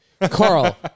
Carl